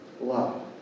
love